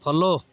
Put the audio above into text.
follow